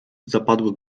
zapadły